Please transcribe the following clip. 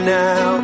now